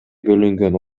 бөлүнгөн